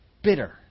Bitter